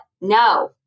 no